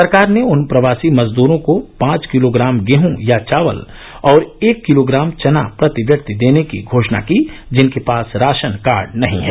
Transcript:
सरकार ने उन प्रवासी मजदूरों को पांच किलोग्राम गेह या चावल और एक किलोग्राम चना प्रति व्यक्ति देने की घोषणा की जिनके पास राशन कार्ड नहीं है